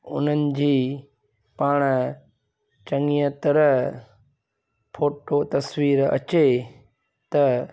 उन्हनि जी पाण चङीअ तरह फोटो तस्वीरु अचे त